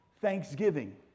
thanksgiving